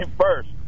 first